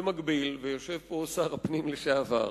במקביל, ויושב פה שר הפנים לשעבר,